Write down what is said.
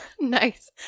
Nice